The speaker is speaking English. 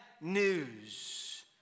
news